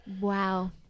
Wow